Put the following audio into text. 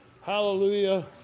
hallelujah